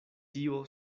tio